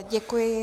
Děkuji.